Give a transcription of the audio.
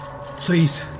please